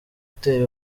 iteye